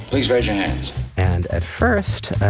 please raise your hands and at first,